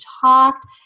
talked